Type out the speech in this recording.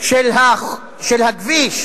של הכביש,